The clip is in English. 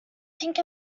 think